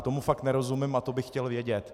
Tomu fakt nerozumím a to bych chtěl vědět.